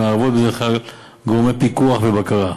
המערבות בדרך כלל גורמי פיקוח ובקרה.